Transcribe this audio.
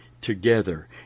together